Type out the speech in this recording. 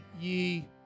ye